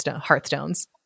hearthstones